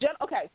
okay